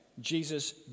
Jesus